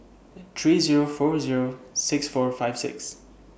three Zero four Zero six four five six